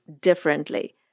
differently